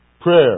prayer